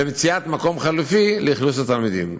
למציאת מקום חלופי לתלמידים.